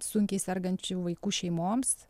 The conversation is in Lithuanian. sunkiai sergančių vaikų šeimoms